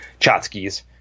chotskis